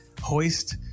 hoist